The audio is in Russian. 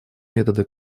методы